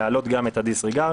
להעלות גם את הדיסריגרד,